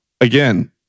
again